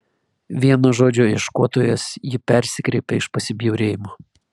vien nuo žodžio ieškotojas ji persikreipė iš pasibjaurėjimo